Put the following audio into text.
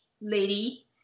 lady